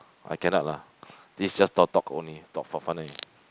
I cannot lah this just talk talk only talk for fun only